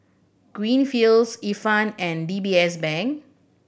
Greenfields Ifan and D B S Bank